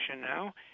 now